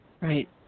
Right